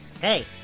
Hey